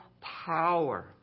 power